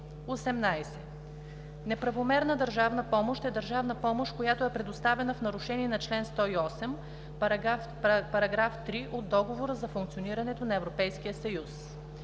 18. „Неправомерна държавна помощ” е държавна помощ, която е предоставена в нарушение на чл. 108, параграф 3 от Договора за функционирането на Европейския съюз.